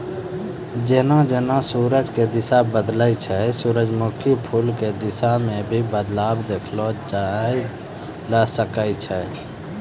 जेना जेना सूरज के दिशा बदलै छै सूरजमुखी फूल के दिशा मॅ भी बदलाव देखलो जाय ल सकै छै